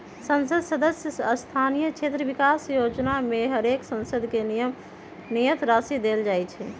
संसद सदस्य स्थानीय क्षेत्र विकास जोजना में हरेक सांसद के नियत राशि देल जाइ छइ